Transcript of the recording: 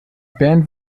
band